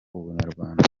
ubunyarwanda